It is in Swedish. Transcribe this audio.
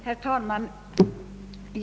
Herr talman!